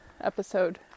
episode